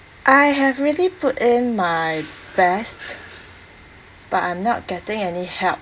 I have really put in my best but I'm not getting any help